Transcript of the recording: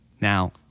Now